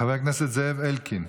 חבר הכנסת זאב אלקין.